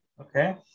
okay